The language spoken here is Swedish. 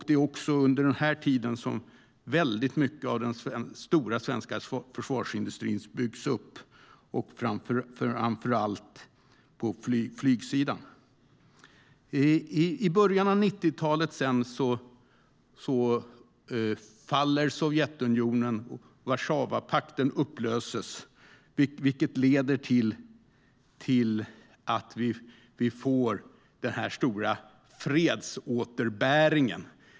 Det var också under den här tiden som en betydande del av den stora svenska försvarsindustrin byggdes upp, framför allt på flygsidan. I början av 90-talet föll Sovjetunionen. Warszawapakten upplöstes, vilket ledde till att vi fick den stora fredsåterbäringen.